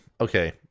Okay